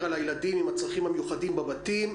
על הילדים עם הצרכים המיוחדים בבתים.